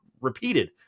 repeated